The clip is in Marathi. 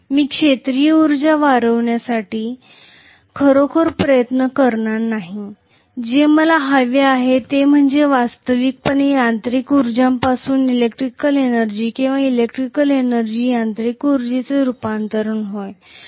मी क्षेत्रीय उर्जा वाढविण्यासाठी खरोखर प्रयत्न करणार नाही जे मला हवे आहे ते म्हणजे वास्तविकपणे यांत्रिक उर्जापासून इलेक्ट्रिकल एनर्जी किंवा इलेक्ट्रिकल एनर्जी यांत्रिक ऊर्जेचे रूपांतरण होय